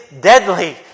deadly